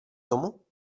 tomu